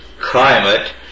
climate